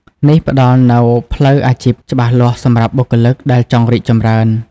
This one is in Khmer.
នេះផ្ដល់នូវផ្លូវអាជីពច្បាស់លាស់សម្រាប់បុគ្គលិកដែលចង់រីកចម្រើន។